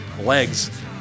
legs